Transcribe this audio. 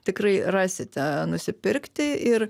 tikrai rasite nusipirkti ir